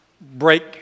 break